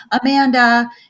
Amanda